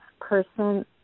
person